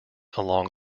along